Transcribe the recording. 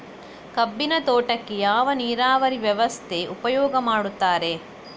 ಕಬ್ಬಿನ ತೋಟಕ್ಕೆ ಯಾವ ನೀರಾವರಿ ವ್ಯವಸ್ಥೆ ಉಪಯೋಗ ಮಾಡುತ್ತಾರೆ?